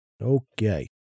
Okay